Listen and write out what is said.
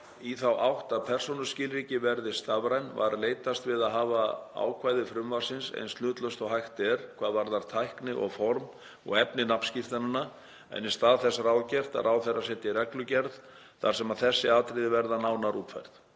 í þá átt að persónuskilríki verði stafræn var leitast við að hafa ákvæði frumvarpsins eins hlutlaus og hægt er hvað varðar tækni og form og efni nafnskírteinanna, en þess í stað ráðgert að ráðherra setji reglugerð þar sem þessi atriði verða nánar útfærð.